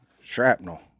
Shrapnel